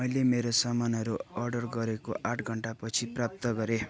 मैले मेरो सामानहरू अर्डर गरेको आठ घन्टापछि प्राप्त गरेँ